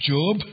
Job